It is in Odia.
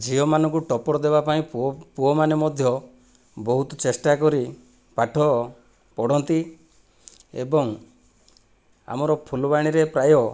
ଝିଅମାନଙ୍କୁ ଟକ୍କର ଦେବା ପାଇଁ ପୁଅ ପୁଅମାନେ ମଧ୍ୟ ବହୁତ ଚେଷ୍ଟା କରି ପାଠ ପଢ଼ନ୍ତି ଏବଂ ଆମର ଫୁଲବାଣୀରେ ପ୍ରାୟ